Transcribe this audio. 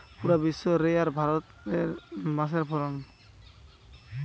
পুরা বিশ্ব রে আর ভারতে বাঁশের ফলন